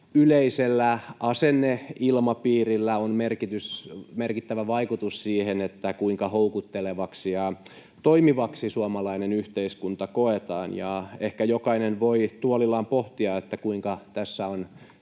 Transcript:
yleisellä asenneilmapiirillä on myös merkittävä vaikutus siihen, kuinka houkuttelevaksi ja toimivaksi suomalainen yhteiskunta koetaan. Ehkä jokainen voi tuolillaan pohtia, kuinka tässä on